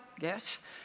yes